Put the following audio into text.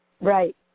Right